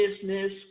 business